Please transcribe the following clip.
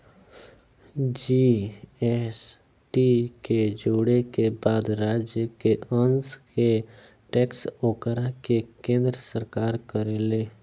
GST के जोड़े के बाद राज्य के अंस के टैक्स ओकरा के केन्द्र सरकार करेले